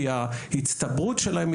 כי ההצטברות שלהם,